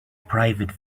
private